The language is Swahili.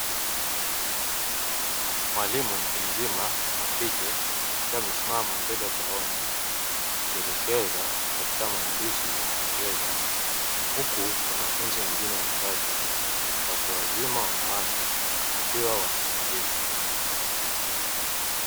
Mwalimu mtu mzima wakike akiwa amesimama mbele ya ubaoni akielekeza katika maandishi ya kingereza, huku wanafunzi wengine watatu watu wazima wanawake wakiwa wanasikiliza.